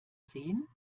sehen